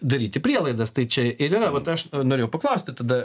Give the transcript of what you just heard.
daryti prielaidas tai čia ir yra vat aš norėjau paklausti tada